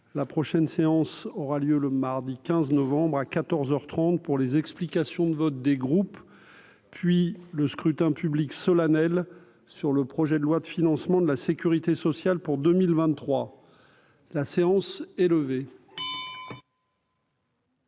la prochaine séance aura lieu le mardi 15 novembre à 14 heures 30 pour les explications de vote des groupes puis le scrutin public solennel sur le projet de loi de financement de la Sécurité sociale pour 2023 la séance est levée.